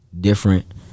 different